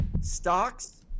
Stocks